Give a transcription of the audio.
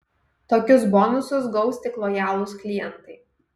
tokius bonusus gaus tik lojalūs klientai